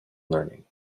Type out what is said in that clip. learning